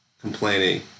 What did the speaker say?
complaining